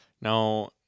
Now